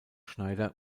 schneider